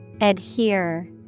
Adhere